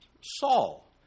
Saul